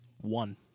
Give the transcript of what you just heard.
One